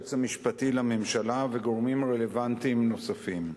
היועץ המשפטי לממשלה וגורמים רלוונטיים נוספים.